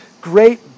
great